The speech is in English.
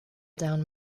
down